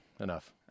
Enough